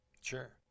Sure